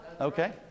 Okay